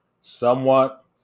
somewhat